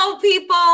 people